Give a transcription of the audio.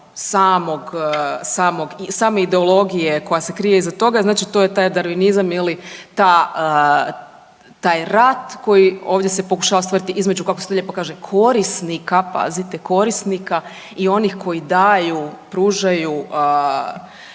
ideologije koja se krije iza toga. Znači to je taj darvinizam ili ta taj rat koji se ovdje pokušava stvoriti između kako se to lijepo kaže korisnika, pazite korisnika i onih koji daju, pružaju,